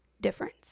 difference